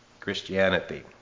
Christianity